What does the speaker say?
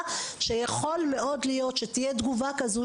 לכך שיכול מאוד להיות שתהיה תגובה קשה?